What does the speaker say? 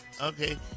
okay